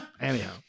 Anyhow